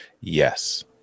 Yes